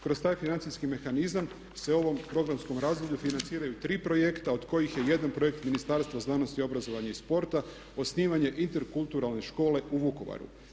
Kroz taj financijski mehanizam se u ovom programskom razdoblju financiraju tri projekta od kojih je jedan projekt Ministarstva znanosti, obrazovanja i sporta osnivanje interkulturalne škole u Vukovaru.